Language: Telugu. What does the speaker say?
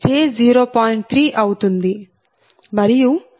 3 అవుతుంది మరియు j0